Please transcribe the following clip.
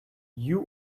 you